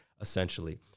essentially